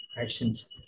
actions